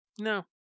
no